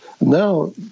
Now